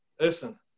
Listen